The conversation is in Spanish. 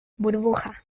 burbuja